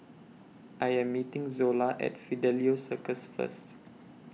I Am meeting Zola At Fidelio Circus First